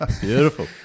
beautiful